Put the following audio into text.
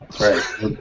right